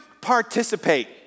participate